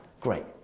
great